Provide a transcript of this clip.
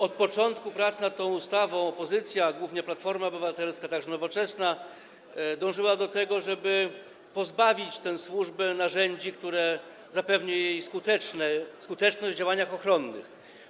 Od początku prac nad tą ustawą opozycja, a głównie Platforma Obywatelska, także Nowoczesna, dążyła do tego, żeby pozbawić tę służbę narzędzi, które zapewnią jej skuteczność w działaniach ochronnych.